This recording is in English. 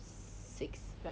six right